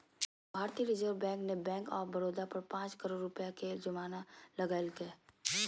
भारतीय reserve bank ने bank of Baroda पर पांच करोड़ रुपया के जुर्माना लगैलके